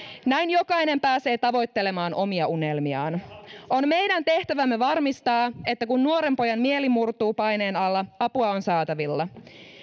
näin jokainen pääsee tavoittelemaan omia unelmiaan on meidän tehtävämme varmistaa että kun nuoren pojan mieli murtuu paineen alla apua on saatavilla